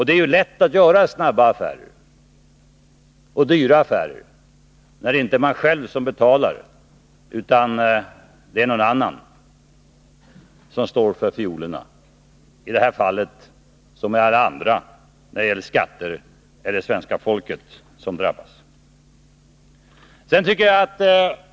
Det är lätt att göra snabba och dyra affärer, när man inte själv betalar, utan någon annan står för fiolerna — i detta fall som i alla andra när det gäller skatter — det svenska folket.